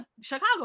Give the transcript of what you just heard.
Chicago